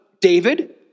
David